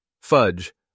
Fudge